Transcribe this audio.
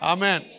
Amen